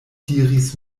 diris